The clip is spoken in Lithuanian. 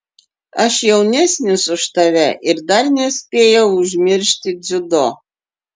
aš jaunesnis už tave ir dar nespėjau užmiršti dziudo